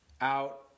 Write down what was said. out